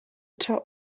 top